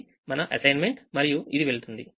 ఇదిమన assignment మరియు ఇది వెళుతుంది